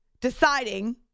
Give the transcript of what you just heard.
deciding